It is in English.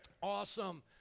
Awesome